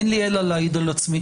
אבל אין לי אלא להעיד על עצמי.